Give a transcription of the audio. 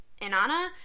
Inanna